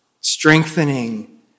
Strengthening